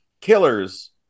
killers